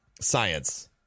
science